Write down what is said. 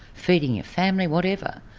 feeding a family, whatever.